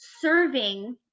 serving